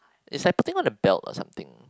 is like putting on a belt or something